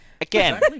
Again